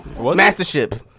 Mastership